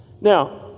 Now